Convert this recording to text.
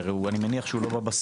אני הרי מניח שהוא לא בבסיס.